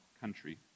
country